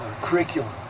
curriculum